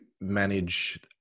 manage